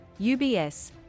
UBS